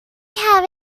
have